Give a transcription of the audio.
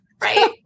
right